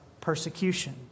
persecution